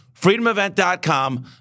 FreedomEvent.com